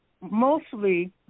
mostly